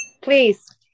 Please